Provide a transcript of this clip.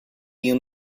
you